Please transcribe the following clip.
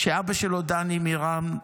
הפאב שניטלו ממנו חיים ושמחה,